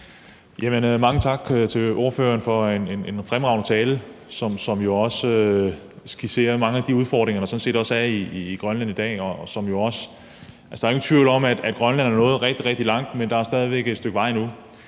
Mange tak for en fremragende tale, som jo også skitserede mange af de udfordringer, der sådan set også er i Grønland i dag. Altså, der er ingen tvivl om, at Grønland er nået rigtig, rigtig langt, men der er stadig væk et stykke vej endnu.